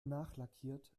nachlackiert